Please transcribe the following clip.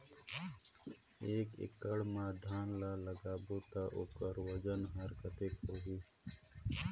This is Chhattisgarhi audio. एक एकड़ मा धान ला लगाबो ता ओकर वजन हर कते होही?